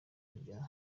rya